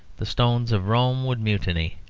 the stones of rome would mutiny.